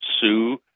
sue